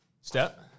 Step